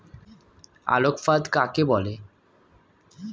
আলোক ফাঁদ কাকে বলে?